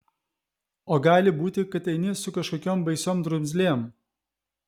o gali būti kad eini su kažkokiom baisiom drumzlėm